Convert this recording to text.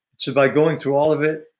so by going through all of it.